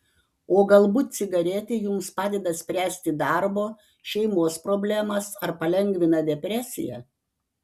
o galbūt cigaretė jums padeda spręsti darbo šeimos problemas ar palengvina depresiją